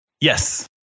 Yes